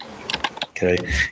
Okay